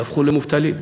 יהפכו למובטלים.